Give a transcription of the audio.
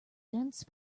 dense